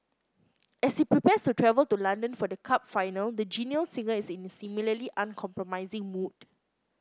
as he prepares to travel to London for the cup final the genial singer is in similarly uncompromising mood